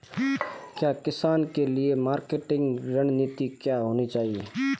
एक किसान के लिए मार्केटिंग रणनीति क्या होनी चाहिए?